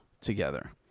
together